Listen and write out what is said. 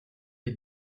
est